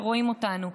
שרואים אותנו,